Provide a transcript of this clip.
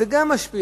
זה גם משפיע.